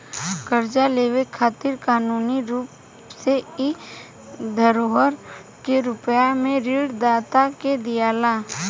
कर्जा लेवे खातिर कानूनी रूप से इ धरोहर के रूप में ऋण दाता के दियाला